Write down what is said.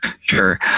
Sure